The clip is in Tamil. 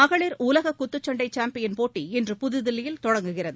மகளிர் உலக குத்துச் சண்டை சாம்பியன் போட்டி இன்று புதுதில்லியில் தொடங்குகிறது